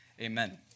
Amen